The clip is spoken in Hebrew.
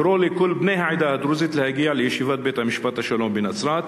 לקרוא לכל בני העדה הדרוזית להגיע לישיבת בית-משפט השלום בנצרת.